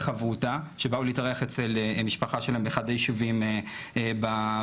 חברותא שבאו להתארח אצל משפחה שלהם באחד היישובים בשומרון,